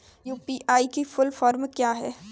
UPI की full form क्या है?